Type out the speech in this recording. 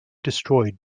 destroyed